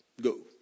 go